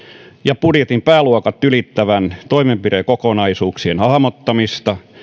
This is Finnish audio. ja budjetin pääluokat ylittävien toimenpidekokonaisuuksien hahmottamista